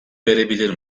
verebilir